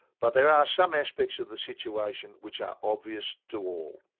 but there are some aspects of the situation which are obvious to all.